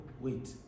wait